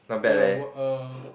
ya what err